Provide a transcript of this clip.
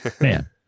man